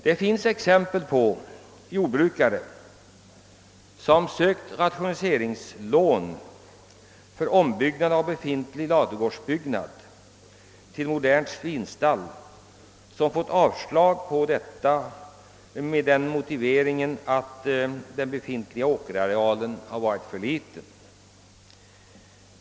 Det finns exempel på att jordbrukare, som sökt rationaliseringslån för ombyggnad av befintlig ladugårdsbyggnad till modernt svinstall, fått ansökan avslagen med den motiveringen att åkerarealen har varit för liten.